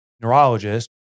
neurologist